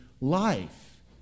life